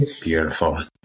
Beautiful